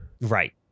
Right